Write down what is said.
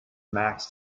max